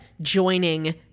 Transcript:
joining